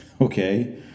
okay